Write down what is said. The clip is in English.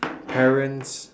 parents